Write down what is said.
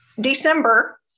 December